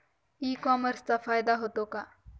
E कॉमर्सचा फायदा होतो का?